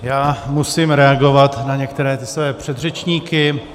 Já musím reagovat na některé své předřečníky.